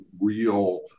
real